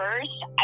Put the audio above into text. first